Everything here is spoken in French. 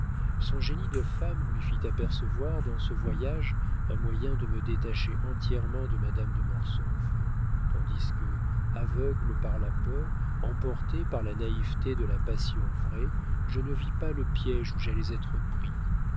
son génie de femme lui fit apercevoir dans ce voyage un moyen de me détacher entièrement de madame de mortsauf tandis que aveuglé par la peur emporté par la naïveté de la passion vraie je ne vis pas le piége où j'allais être pris